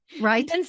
Right